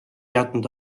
jätnud